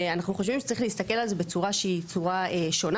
ואנחנו חושבים שצריך להסתכל על זה בצורה שהיא צורה שונה